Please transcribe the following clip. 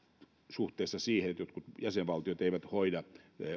suhteessa siihen että jotkut jäsenvaltiot eivät hoida